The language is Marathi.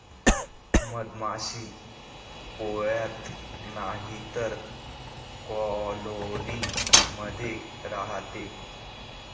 मधमाशी पोळ्यात नाहीतर कॉलोनी मध्ये राहते